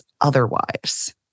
Otherwise